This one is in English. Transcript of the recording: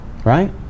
Right